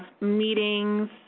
meetings